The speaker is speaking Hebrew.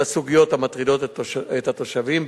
לסוגיות המטרידות את התושבים,